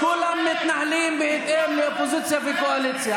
כולם מתנהלים בהתאם לאופוזיציה וקואליציה,